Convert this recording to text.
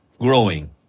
growing